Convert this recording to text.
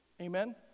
Amen